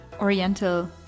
Oriental